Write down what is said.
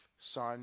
son